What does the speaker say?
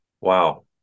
wow